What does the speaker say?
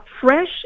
fresh